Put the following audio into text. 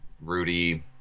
Rudy